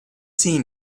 seen